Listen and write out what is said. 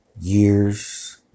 Years